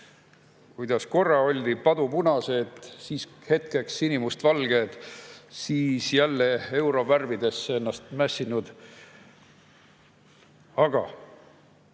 Kuidas korra oldi padupunased, siis hetkeks sinimustvalged, siis jälle eurovärvidesse ennast mässinud. Aga